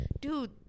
dude